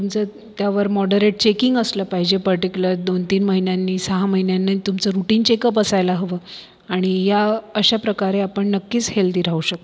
तुमचं त्यावर moderate checking असलं पाहिजे पर्टीक्युलर दोनतीन महिन्यांनी सहा महिन्यांनी तुमचं रूटीन चेकअप असायला हवं आणि या अशाप्रकारे आपण नक्कीच हेल्दी राहू शकतो